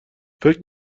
فکر